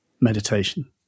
meditation